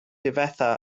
difetha